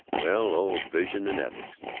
well, old vision and ethics,